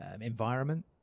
environment